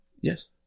yes